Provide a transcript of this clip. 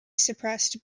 suppressed